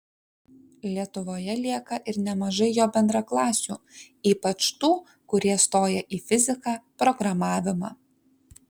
lietuvoje lieka ir nemažai jo bendraklasių ypač tų kurie stoja į fiziką programavimą